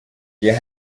jye